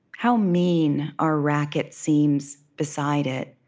how mean our racket seems beside it.